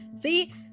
See